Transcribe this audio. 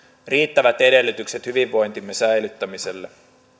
riittävät edellytykset hyvinvointimme säilyttämiselle